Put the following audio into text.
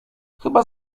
chyba